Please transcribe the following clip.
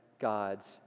God's